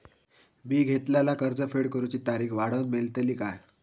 मी घेतलाला कर्ज फेड करूची तारिक वाढवन मेलतली काय?